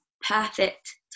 perfect